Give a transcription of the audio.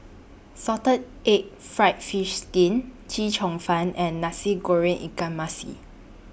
Salted Egg Fried Fish Skin Chee Cheong Fun and Nasi Goreng Ikan Masin